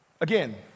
Again